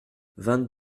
vingt